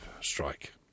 Strike